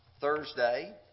Thursday